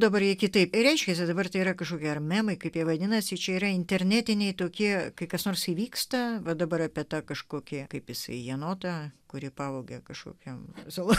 dabar ji kitaip reiškiasi dabartyje yra kažkokia ar memai kaip vadinasi čia yra internetiniai tokie kai kas nors įvyksta bet dabar apie tai kažkokie kaip jisai jenotą kurį pavogė kažkokiam savo